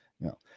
no